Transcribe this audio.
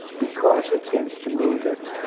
because it seems to me that